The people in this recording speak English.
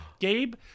Gabe